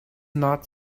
not